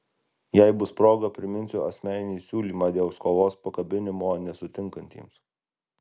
jei bus proga priminsiu asmeninį siūlymą dėl skolos pakabinimo nesutinkantiems